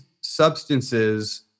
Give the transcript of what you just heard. substances